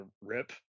rip